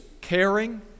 caring